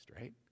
right